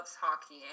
hockey